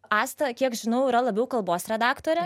asta kiek žinau yra labiau kalbos redaktorė